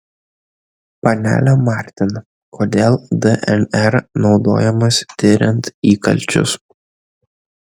panele martin kodėl dnr naudojamas tiriant įkalčius